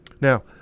Now